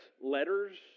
letters